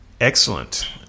excellent